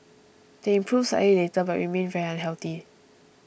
they improved slightly later but remained very unhealthy